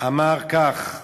אמר כך: